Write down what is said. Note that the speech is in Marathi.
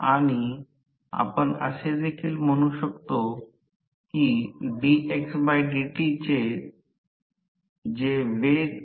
मुळात रोटर कॉपर लॉस म्हणजेच हे रोटर कॉपर लॉस आहे जे तेथे स्लिप किंवा rotor copper loss slip PG द्वारे विभाजित आहे